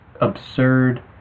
absurd